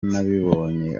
nabibonye